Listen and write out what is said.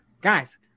guys